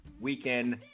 weekend